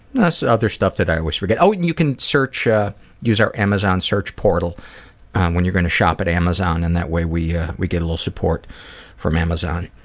other stuff that i always forget. oh, and you can search, ah use our amazon search portal when you're going to shop at amazon and that way we yeah we get a little support from amazon.